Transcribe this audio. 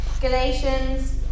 Galatians